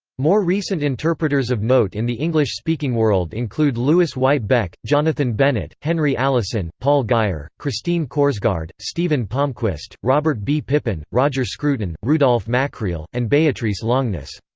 more recent interpreters of note in the english-speaking world include lewis white beck, jonathan bennett, henry allison, paul guyer, christine korsgaard, stephen palmquist, robert b. pippin, roger scruton, rudolf makkreel, and beatrice longuenesse.